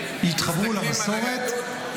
יש הרבה פחות מתחתנים ברבנות,